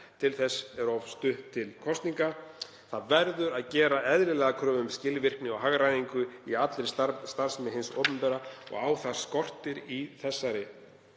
Til þess er of stutt til kosninga. Gera verður eðlilega kröfu um skilvirkni og hagræðingu í allri starfsemi hins opinbera og á það skortir í þessari